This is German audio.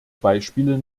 beispiele